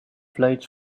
flights